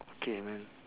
K man